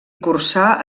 cursar